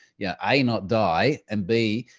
yeah a, not die, and b,